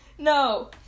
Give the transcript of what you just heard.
No